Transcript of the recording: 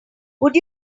would